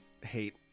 hate